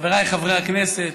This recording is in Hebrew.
חבריי חברי הכנסת,